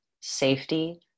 safety